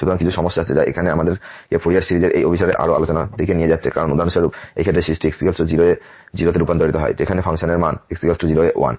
সুতরাং কিছু সমস্যা আছে যা এখন আমাদেরকে ফুরিয়ার সিরিজের এই অভিসারে আরো আলোচনার দিকে নিয়ে যাচ্ছে কারণ উদাহরণস্বরূপ এই ক্ষেত্রে সিরিজটি x 0 এ 0 তে রূপান্তরিত হয় যেখানে ফাংশনের মান এই x 0 এ 1